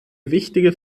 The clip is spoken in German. wichtige